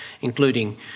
including